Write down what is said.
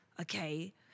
okay